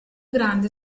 grande